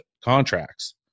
contracts